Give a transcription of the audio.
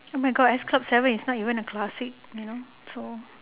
oh my god s club seven is not even a classic you know so